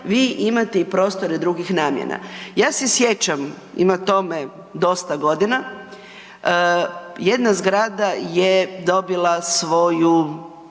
vi imate i prostore drugih namjena. Ja se sjećam, ima tome dosta godina, jedna zgrada je dobila svoju